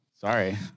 Sorry